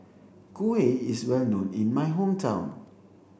Kuih is well known in my hometown